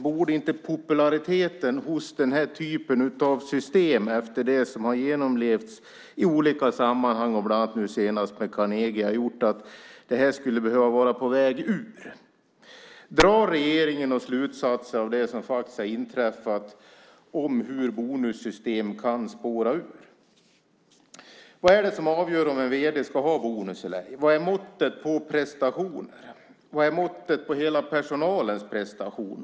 Borde inte populariteten hos den här typen av system efter det som har genomlevts i olika sammanhang och nu senast med Carnegie ha gjort att det här skulle behöva vara på väg ut? Drar regeringen någon slutsats av det som faktiskt har inträffat om hur bonussystem kan spåra ur? Vad är det som avgör om en vd ska ha bonus eller ej? Vad är måttet på prestationer? Vad är måttet på hela personalens prestation?